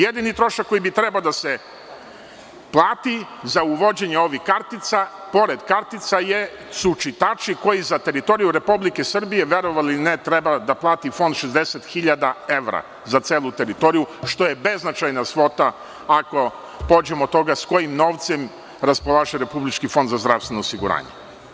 Jedini trošak koji bi trebalo da se plati za uvođenje ovih kartica, pored kartica, su čitači koji za teritoriju Republike Srbije, verovali ili ne, koštaju 60 hiljada evra, za celu teritoriju, što je beznačajna svota ako pođemo od toga s kojim novcem raspolaže Republički fond za zdravstveno osiguranje.